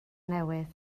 newydd